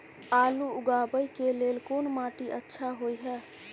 आलू उगाबै के लेल कोन माटी अच्छा होय है?